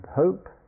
hope